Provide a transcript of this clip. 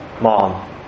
mom